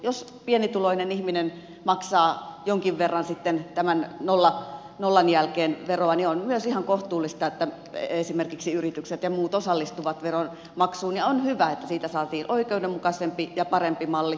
jos pienituloinen ihminen maksaa jonkin verran sitten tämän nollan jälkeen veroa niin on myös ihan kohtuullista että esimerkiksi yritykset ja muut osallistuvat veron maksuun ja on hyvä että siitä saatiin oikeudenmukaisempi ja parempi malli